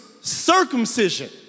circumcision